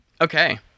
Okay